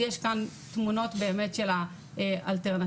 יש כאן תמונות של האלטרנטיבות.